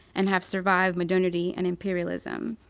and have survived modernity and imperialism.